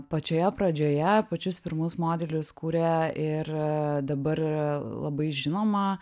pačioje pradžioje pačius pirmus modelius kūrė ir dabar labai žinoma